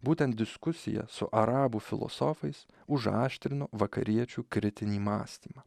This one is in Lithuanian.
būtent diskusija su arabų filosofais užaštrino vakariečių kritinį mąstymą